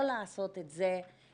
לא לעשות את זה יבש,